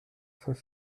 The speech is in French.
saint